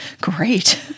great